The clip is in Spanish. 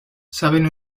saben